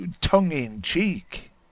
tongue-in-cheek